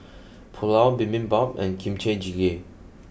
Pulao Bibimbap and Kimchi Jjigae